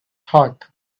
thought